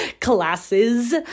classes